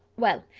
well,